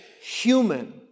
human